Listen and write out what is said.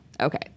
okay